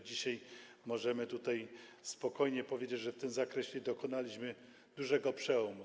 Dzisiaj możemy tutaj spokojnie powiedzieć, że w tym zakresie dokonaliśmy dużego przełomu.